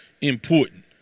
important